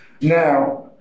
Now